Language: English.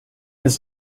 his